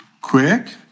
quick